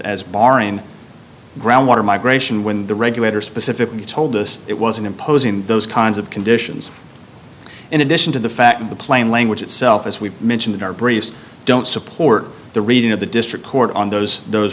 as bahrain groundwater migration when the regulator specifically told us it wasn't imposing those kinds of conditions in addition to the fact of the plain language itself as we mentioned in our briefs don't support the reading of the district court on those those